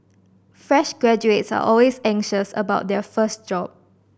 fresh graduates are always anxious about their first job